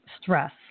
stress